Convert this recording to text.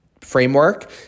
framework